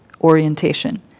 orientation